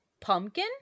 pumpkin